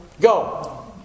Go